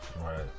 Right